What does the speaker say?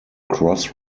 cross